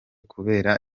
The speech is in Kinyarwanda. kubera